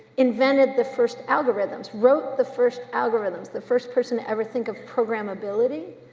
invented the first algorithms, wrote the first algorithms. the first person to ever think of programmability.